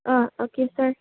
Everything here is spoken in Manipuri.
ꯑꯥ ꯑꯣꯀꯦ ꯁꯥꯔ